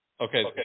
Okay